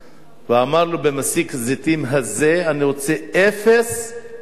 ואמר לו: במסיק הזיתים הזה אני רוצה אפס התנכלות